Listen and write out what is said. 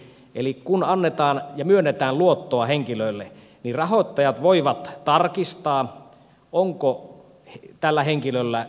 eli kun annetaan ja myönnetään luottoa henkilölle rahoittajat voivat tarkistaa onko tällä henkilöllä maksuhäiriöitä